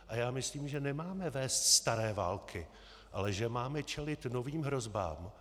A já myslím, že nemáme vést staré války, ale že máme čelit novým hrozbám.